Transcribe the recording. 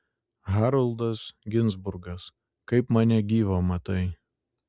haroldas ginzburgas kaip mane gyvą matai